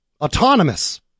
Autonomous